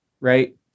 right